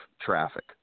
traffic